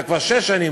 אלא כבר שש שנים,